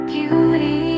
Beauty